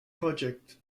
project